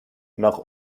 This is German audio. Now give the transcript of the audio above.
nach